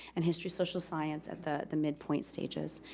and history-social science at the the midpoint stages.